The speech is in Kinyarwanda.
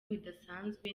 bidasanzwe